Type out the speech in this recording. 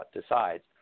decides